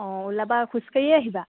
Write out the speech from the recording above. অ ওলাবা খোজকাঢ়িয়েই আহিবা